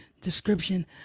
description